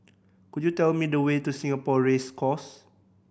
could you tell me the way to Singapore Race Course